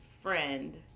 friend